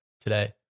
today